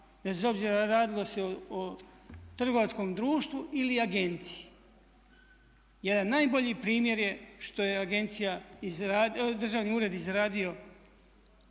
bez obzira radilo se o trgovačkom društvu ili agenciji. Jer najbolji primjer je što je Državni ured izradio